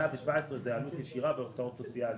117% זה עלות ישירה בהוצאות סוציאליות.